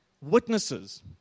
witnesses